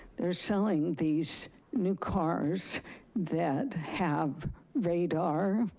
they're selling these new cars that have radar,